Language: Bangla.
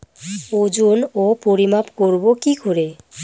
ওজন ও পরিমাপ করব কি করে?